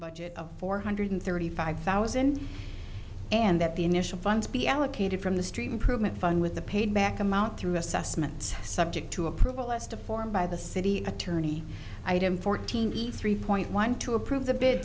budget of four hundred thirty five thousand and that the initial funds be allocated from the street improvement phone with the paid back amount through assessments subject to approval as to form by the city attorney item fourteen each three point one two approve the bi